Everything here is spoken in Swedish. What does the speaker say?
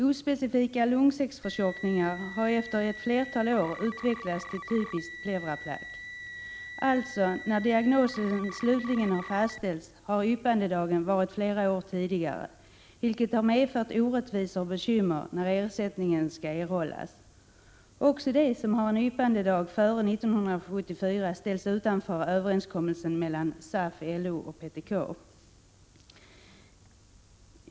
Ospecifika lungsäcksförtjockningar har efter ett flertal år utvecklats till typisk pleuraplack. När diagnosen slutligen har fastställts, har yppandedagen alltså varit flera år tidigare, vilket har medfört orättvisor och bekymmer när ersättning skall erhållas. Också de som har en yppandedag före 1974 ställs utanför överenskommelsen mellan SAF, LO och PTK.